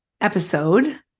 episode